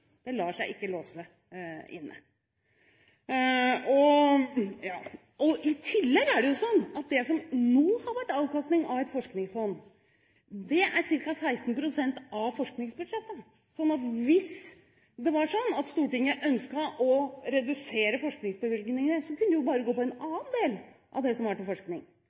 Det lar seg ikke låse inne. I tillegg er det jo sånn at det som nå har vært avkastning av et forskningsfond, er ca. 16 pst. av forskningsbudsjettet. Så hvis det var sånn at Stortinget ønsket å redusere forskningsbevilgningene, kunne man jo bare gå på en annen del av det som var til forskning.